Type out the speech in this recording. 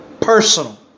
Personal